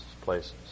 places